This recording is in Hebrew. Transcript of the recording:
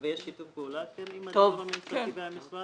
ויש שיתוף פעולה עם הדיור הממשלתי והמשרד.